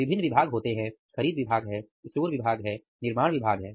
विभिन्न विभाग होते हैं खरीद विभाग है स्टोर विभाग है निर्माण विभाग है